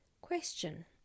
Question